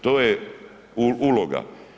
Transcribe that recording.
To je uloga.